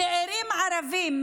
צעירים ערבים,